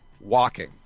walking